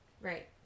Right